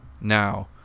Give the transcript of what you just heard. now